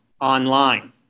online